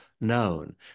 known